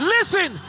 Listen